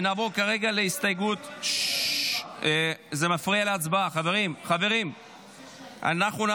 נעבור כרגע להסתייגות, חברים, זה מפריע.